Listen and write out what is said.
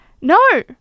No